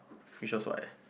which show what